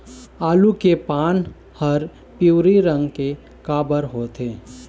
आलू के पान हर पिवरी रंग के काबर होथे?